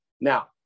now